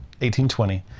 1820